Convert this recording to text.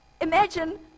imagine